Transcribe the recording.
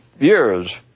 years